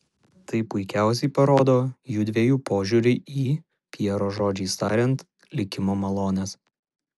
tai puikiausiai parodo jųdviejų požiūrį į pjero žodžiais tariant likimo malones